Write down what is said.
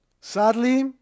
Sadly